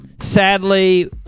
Sadly